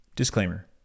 Disclaimer